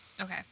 Okay